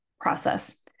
process